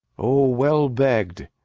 o, well begg'd!